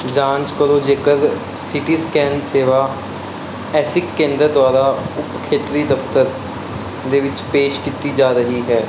ਜਾਂਚ ਕਰੋ ਜੇਕਰ ਸੀ ਟੀ ਸਕੈਨ ਸੇਵਾ ਐਸਿਕ ਕੇਂਦਰ ਦੁਆਰਾ ਉਪ ਖੇਤਰੀ ਦਫ਼ਤਰ ਦੇ ਵਿੱਚ ਪੇਸ਼ ਕੀਤੀ ਜਾ ਰਹੀ ਹੈ